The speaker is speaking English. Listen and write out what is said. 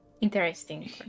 interesting